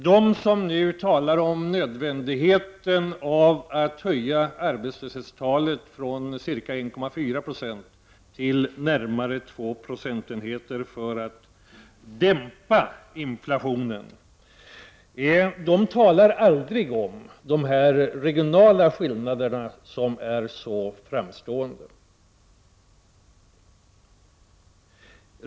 De som nu talar om nödvändigheten av att höja arbetslöshetstalet från ca 1,4 Yo till närmare 2 Ze för att dämpa inflationen talar aldrig om dessa regio nala skillnader, som är så framstående.